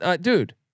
dude